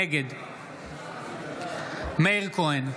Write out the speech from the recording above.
נגד מאיר כהן,